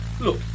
Look